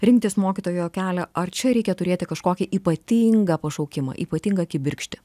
rinktis mokytojo kelią ar čia reikia turėti kažkokį ypatingą pašaukimą ypatingą kibirkštį